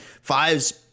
fives